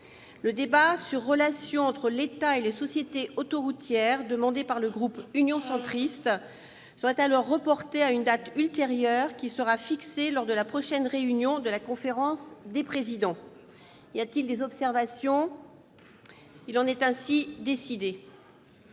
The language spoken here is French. Le débat sur les relations entre l'État et les sociétés autoroutières, demandé par le groupe Union Centriste, serait alors reporté à une date ultérieure fixée lors de la prochaine réunion de la conférence des présidents. Y a-t-il des observations ?... Il en est ainsi décidé.